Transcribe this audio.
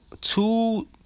two